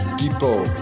depot